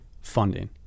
funding